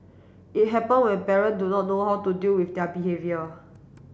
it happen when parent do not know how to deal with their behaviour